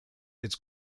its